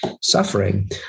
suffering